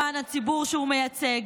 למען הציבור שהוא מייצג,